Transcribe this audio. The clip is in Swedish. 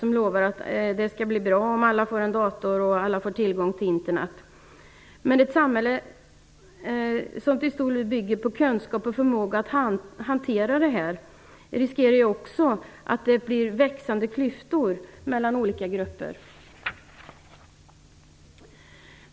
Man lovar att allt blir bra om alla får en dator och tillgång till Internet. Men ett samhälle som till stor del bygger på kunskap och förmåga att hantera detta riskerar också att få växande klyftor mellan olika grupper.